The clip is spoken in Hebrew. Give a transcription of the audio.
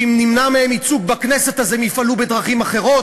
שאם נמנע מהם ייצוג בכנסת אז הם יפעלו בדרכים אחרות?